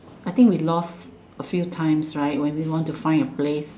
I think we lost a few times right when we want to find a place